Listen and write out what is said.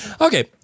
Okay